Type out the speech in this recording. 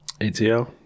ATL